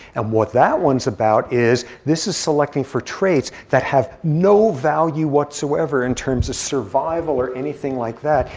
and what that one's about is, this is selecting for traits that have no value whatsoever in terms of survival or anything like that.